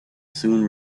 soon